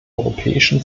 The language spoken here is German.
europäischen